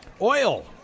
Oil